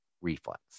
reflex